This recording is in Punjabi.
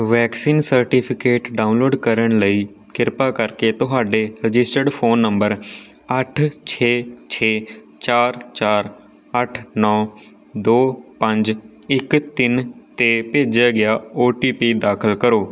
ਵੈਕਸੀਨ ਸਰਟੀਫਿਕੇਟ ਡਾਊਨਲੋਡ ਕਰਨ ਲਈ ਕਿਰਪਾ ਕਰਕੇ ਤੁਹਾਡੇ ਰਜਿਸਟਰਡ ਫ਼ੋਨ ਨੰਬਰ ਅੱਠ ਛੇ ਛੇ ਚਾਰ ਚਾਰ ਅੱਠ ਨੌ ਦੋ ਪੰਜ ਇੱਕ ਤਿੰਨ 'ਤੇ ਭੇਜਿਆ ਗਿਆ ਓ ਟੀ ਪੀ ਦਾਖਲ ਕਰੋ